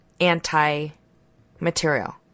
anti-material